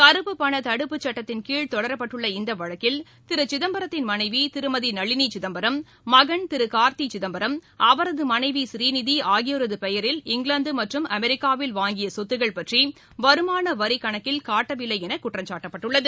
கறுப்புப்பணதடுப்பு சட்டத்தின் கீழ் தொடரப்பட்டுள்ள இந்தவழக்கில் திருசிதம்பரத்தின் மனைவி திருமதிநளினிசிதம்பரம் மகன் திருகாந்திசிதம்பரம் அவரதுமனைவி ஸ்ரீநிதி ஆகியோரதுபெயரில் இங்கிலாந்தமற்றும் அமெரிக்காவில் பற்றிவருமானவரிக்கணக்கில் காட்டவில்லைஎனகுற்றம்சாட்டப்பட்டுள்ளது